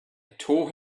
tore